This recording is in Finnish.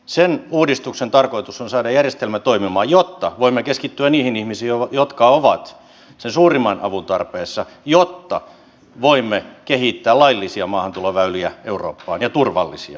sen uudistuksen tarkoitus on saada järjestelmä toimimaan jotta voimme keskittyä niihin ihmisiin jotka ovat sen suurimman avun tarpeessa ja jotta voimme kehittää laillisia ja turvallisia maahantuloväyliä eurooppaan